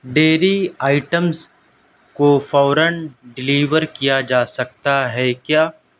dairy items کو فوراً deliver کیا جا سکتا ہے کیا